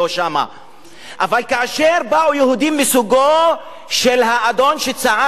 אבל כאשר באו יהודים מסוגו של האדון שצעק פה והתחילו